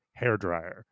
hairdryer